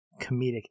comedic